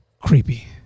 creepy